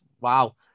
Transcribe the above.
wow